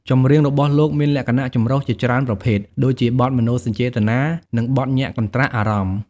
ចម្រៀងរបស់លោកមានលក្ខណៈចម្រុះជាច្រើនប្រភេទ ដូចជាបទមនោសញ្ចេតនា នឹងបទញាក់កន្ត្រាក់អារម្មណ៍ ។